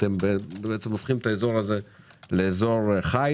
אתם בעצם הופכים את האזור הזה לאזור חי